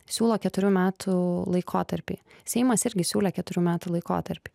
siūlo keturių metų laikotarpį seimas irgi siūlė keturių metų laikotarpį